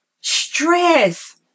stress